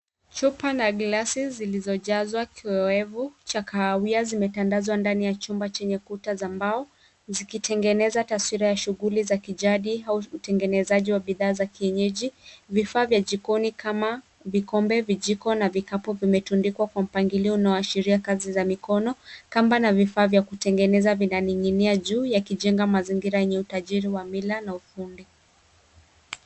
Chupa na glasi zilizojazwa kiowevu ya kahawia zimetandazwa ndani ya chumba chenye kuta za mbao zikitengeneza taswira ya shughuli za kijadi au utengenezaji wa bidhaa za kienyeji. Vifaa vya jikoni kama vikombe, vijiko na vikapu vimetundikwa kwa mpangilio unaoashiria kazi za mikono. Kamba na vifaa vya kutengeneza vinaning'inia juu yakijenga mazingira yenye utajiri wa mila na ufundi.